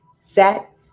Set